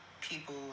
people